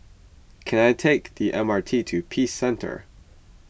can I take the M R T to Peace Centre